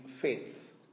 faith